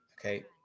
okay